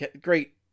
great